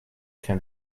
can